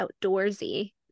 outdoorsy